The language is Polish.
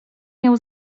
miał